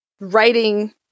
writing